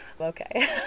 okay